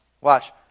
watch